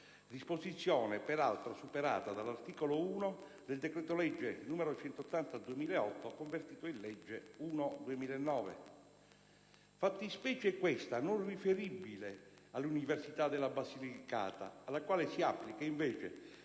disposizione, peraltro, superata dall'articolo 1 del decreto-legge n. 180 del 2008, convertito nella legge n. 1 del 2009. Fattispecie, questa, non riferibile all'Università della Basilicata, alla quale si applica, invece,